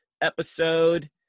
episode